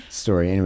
story